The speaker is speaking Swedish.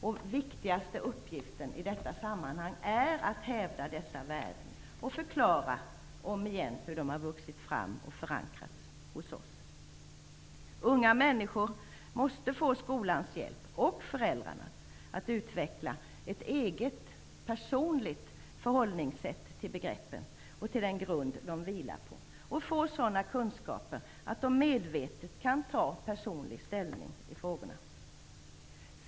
Den viktigaste uppgiften i detta sammanhang är att hävda dessa värden och förklara omigen hur de har vuxit fram och förankrats hos oss. Unga människor måste få skolans hjälp och föräldrarnas att utveckla ett eget personligt förhållningssätt till begreppen och till den grund de vilar på och få sådana kunskaper att de medvetet kan ta personlig ställning i frågorna.